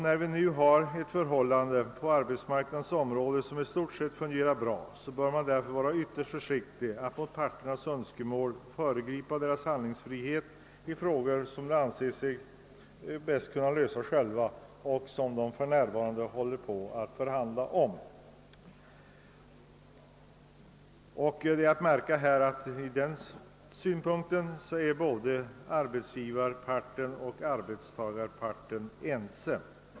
När nu förhållandena på arbetsmarknadens område i stort sett fungerar bra bör man vara ytterst försiktig med att föregripa parternas handlingsfrihet :i frågor som de anser sig bäst kunna lösa själva och som de för närvarande förhandlar om. Det bör observeras att därvidlag är arbetsgivarparten och arbetstagarparten ense.